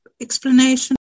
explanation